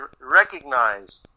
recognize